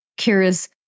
kira's